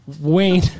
Wayne